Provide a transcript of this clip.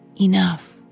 enough